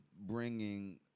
bringing